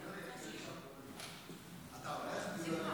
נתקבל.